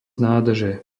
nádrže